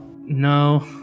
No